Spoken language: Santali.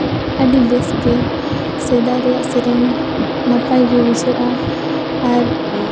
ᱟᱹᱰᱤ ᱵᱮᱥᱜᱮ ᱥᱮᱫᱟᱭ ᱨᱮᱭᱟᱜ ᱥᱮᱨᱮᱧ ᱱᱟᱯᱟᱭ ᱜᱮ ᱵᱩᱡᱷᱟᱹᱜᱼᱟ ᱟᱨ